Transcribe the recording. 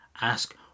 ask